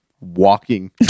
walking